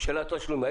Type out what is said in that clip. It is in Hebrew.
של התשלומים.